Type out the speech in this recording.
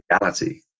reality